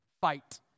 Fight